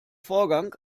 vorgang